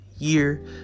year